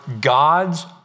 God's